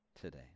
today